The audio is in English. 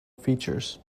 features